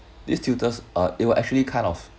this tutors uh it will actually kind of